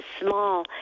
small